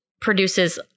produces